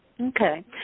Okay